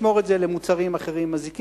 יש מיני "מקופלת" ויש "מקופלת"